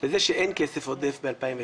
בזה שאין כסף עודף ב-2019.